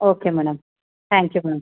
okay madam thank you ma'am